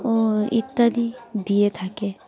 ও ইত্যাদি দিয়ে থাকে